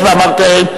אתה לא יכול לגרש אותו,